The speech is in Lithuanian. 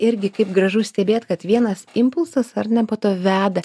irgi kaip gražu stebėt kad vienas impulsas ar ne po to veda